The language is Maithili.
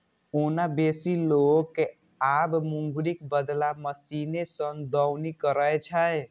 ओना बेसी लोक आब मूंगरीक बदला मशीने सं दौनी करै छै